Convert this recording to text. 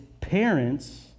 parents